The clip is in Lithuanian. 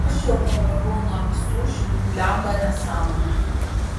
aš jau pavargau nuo visų šitų blemba nesąmonių